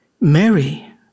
Mary